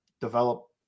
develop